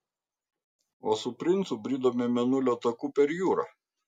o su princu bridome mėnulio taku per jūrą